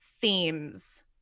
themes